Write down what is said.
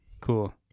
Cool